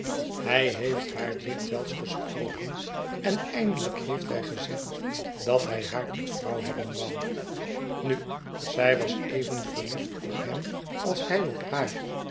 hij heeft haar dikwijls gesproken en eindelijk heeft hij gezegd dat hij haar tot vrouw hebben wou nu zij was even verliefd op hem als hij op haar